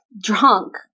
drunk